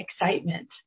excitement